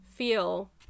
feel